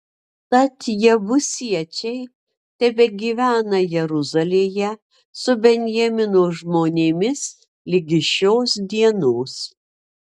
tad jebusiečiai tebegyvena jeruzalėje su benjamino žmonėmis ligi šios dienos